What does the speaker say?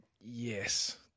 Yes